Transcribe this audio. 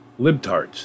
libtards